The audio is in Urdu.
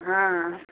ہاں